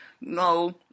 No